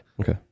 Okay